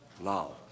Love